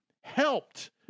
helped